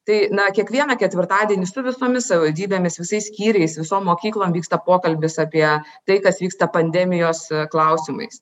tai na kiekvieną ketvirtadienį su visomis savivaldybėmis visais skyriais visom mokyklom vyksta pokalbis apie tai kas vyksta pandemijos klausimais